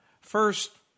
First